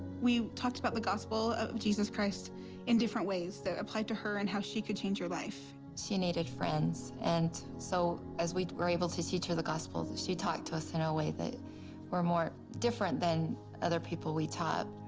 we talked about the gospel of jesus christ in different ways that applied to her and how she could change her life. she needed friends, and so, as we were able to teach her the gospel, she talked to us in a way that were more different than other people we taught.